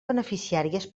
beneficiàries